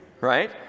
right